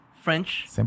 French